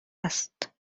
است